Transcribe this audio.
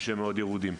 צוהריים טובים.